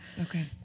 Okay